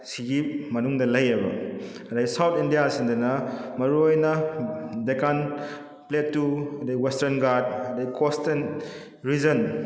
ꯁꯤꯒꯤ ꯃꯅꯨꯡꯗ ꯂꯩꯌꯦꯕ ꯑꯗꯩ ꯁꯥꯎꯠ ꯏꯟꯗꯤꯌꯥꯁꯤꯗꯅ ꯃꯔꯨꯑꯣꯏꯅ ꯗꯦꯀꯥꯟ ꯄ꯭ꯂꯦꯇꯨ ꯑꯗꯩ ꯋꯦꯁꯇꯔꯟ ꯒꯥꯔꯠ ꯑꯗꯩ ꯀꯣꯁꯇꯦꯟ ꯔꯤꯖꯟ